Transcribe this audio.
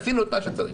עשינו את מה שצריך'.